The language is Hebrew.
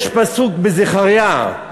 יש פסוק בזכריה: